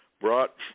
brought